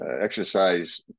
exercise